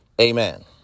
Amen